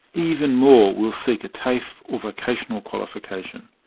even more will seek a tafe or vocational qualification.